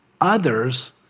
others